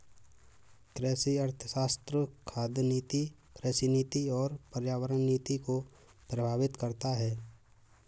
कृषि अर्थशास्त्र खाद्य नीति, कृषि नीति और पर्यावरण नीति को प्रभावित करता है